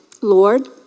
Lord